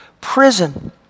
Prison